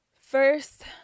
first